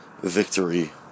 victory